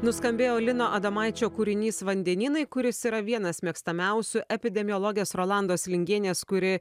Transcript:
nuskambėjo lino adomaičio kūrinys vandenynai kuris yra vienas mėgstamiausių epidemiologės rolandos lingienės kuri